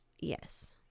Yes